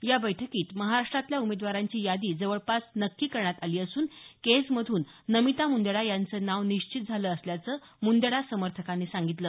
या बैठकीत महाराष्ट्रातल्या उमेदवारांची यादी जवळपास नक्की करण्यात आली असून केजमधून नमिता मुंदडा यांचं नाव निश्चित झालं असल्याचं मुंदडा समर्थकांनी सांगितलं